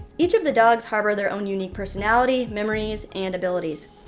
each of the dogs harbor their own unique personality, memories, and abilities.